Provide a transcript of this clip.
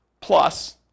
Plus